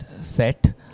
set